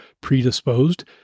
predisposed